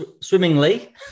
swimmingly